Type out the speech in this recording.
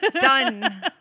Done